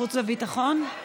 חוץ וביטחון?